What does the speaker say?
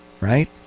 Right